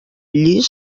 llis